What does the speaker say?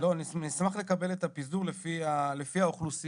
נשמח לקבל את הפיזור לפי האוכלוסייה.